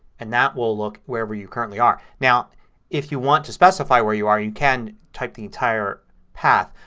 and that will look wherever you currently are. now if you want to specify where you are you can type the entire path.